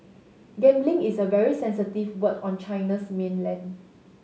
gambling is a very sensitive word on China's mainland